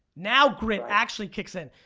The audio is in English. now, grit actually kicks in.